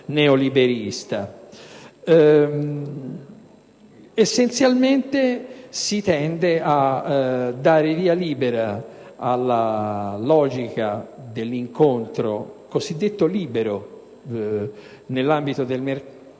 neoliberista. Essenzialmente si tende a dare via libera alla logica dell'incontro, cosiddetto libero, nell'ambito del mercato,